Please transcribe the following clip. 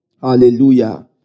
Hallelujah